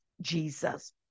Jesus